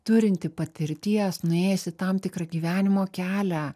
turinti patirties nuėjusi tam tikrą gyvenimo kelią